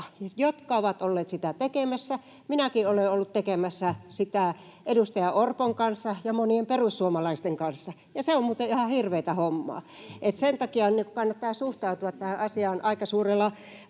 jotka ovat olleet niitä tekemässä. Minäkin olen ollut tekemässä niitä edustaja Orpon kanssa ja monien perussuomalaisten kanssa, ja se on muuten ihan hirveätä hommaa. [Petteri Orpo: Kyllä!] Sen takia nyt kannattaa suhtautua tähän asiaan aika suurella